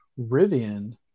Rivian